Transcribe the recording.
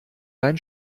dein